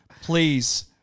Please